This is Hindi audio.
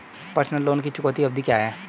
पर्सनल लोन की चुकौती अवधि क्या है?